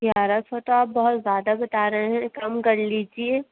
گیارہ سو تو آپ بہت زیادہ بتا رہے ہیں کم کر لیجیے